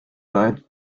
leid